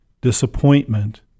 disappointment